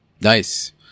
Nice